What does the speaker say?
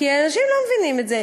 כי אנשים לא מבינים את זה,